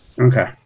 Okay